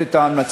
להסיר